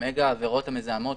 המגה עבירות המזהות,